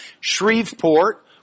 Shreveport